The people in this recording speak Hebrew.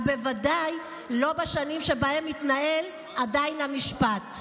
ובוודאי לא בשנים שבהן עדיין מתנהל המשפט,